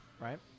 right